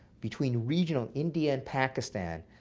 between regional india and pakistan,